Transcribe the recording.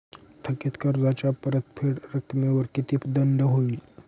थकीत कर्जाच्या परतफेड रकमेवर किती दंड होईल?